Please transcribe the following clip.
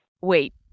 Wait